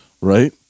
right